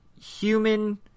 human